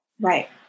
Right